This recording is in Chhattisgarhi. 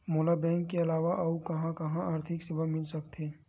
मोला बैंक के अलावा आऊ कहां कहा आर्थिक सेवा मिल सकथे?